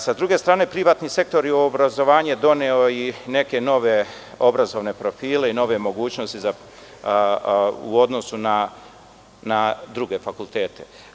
Sa druge strane, privatni sektor je u obrazovanje doneo i neke nove obrazovne profile i nove mogućnosti u odnosu na druge fakultete.